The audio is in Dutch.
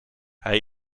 hij